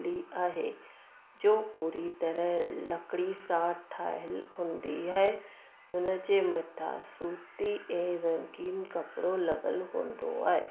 कठपुतली आहे जो पूरी तरह लकिड़ी सां ठाहियलु हूंदी आहे हुनजे मथां सूती ऐं रंगीन कपिड़ो लॻलु हूंदो आहे